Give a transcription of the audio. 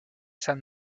san